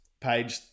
page